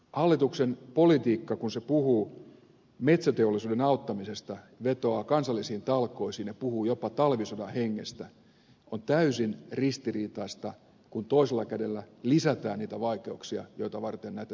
hallituksen politiikka kun se puhuu metsäteollisuuden auttamisesta vetoaa kansallisiin talkoisiin ja puhuu jopa talvisodan hengestä on täysin ristiriitaista kun toisella kädellä lisätään niitä vaikeuksia joita varten näitä seminaareja pidetään